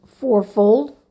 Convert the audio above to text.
fourfold